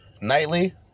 nightly